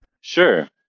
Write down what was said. Sure